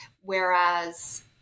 whereas